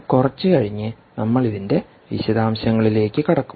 കുറച്ചുകഴിഞ്ഞ് നമ്മൾ ഇതിൻറെ വിശദാംശങ്ങളിലേക്ക് കടക്കും